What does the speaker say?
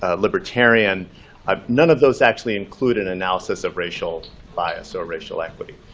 ah libertarian um none of those actually include an analysis of racial bias or racial equity.